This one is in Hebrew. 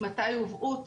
מתי הובאו?